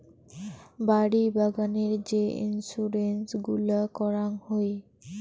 বাড়ি বাগানের যে ইন্সুরেন্স গুলা করাং হই